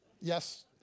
yes